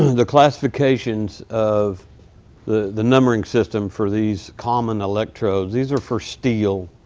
the classifications of the the numbering system for these common electrodes these are for steel.